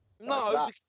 No